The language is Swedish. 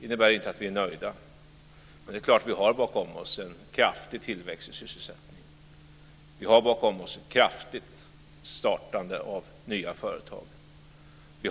Det innebär inte att vi är nöjda. Men vi har förstås bakom oss en kraftig tillväxt i sysselsättningen, ett kraftigt startande av nya företag